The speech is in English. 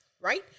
Right